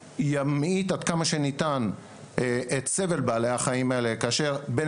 וימעיט עד כמה שניתן את סבל בעלי החיים האלה כאשר אם